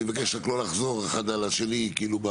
אני רק מבקש לא לחזור אחד על השני בנושאים,